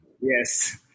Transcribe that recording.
Yes